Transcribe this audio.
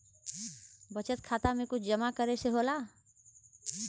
बचत खाता मे कुछ जमा करे से होला?